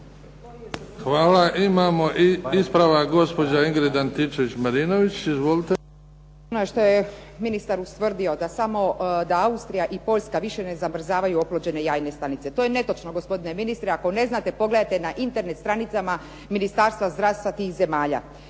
Hvala. Imamo i ispravak, gospođa Ingrid Antičević Marinović. Izvolite.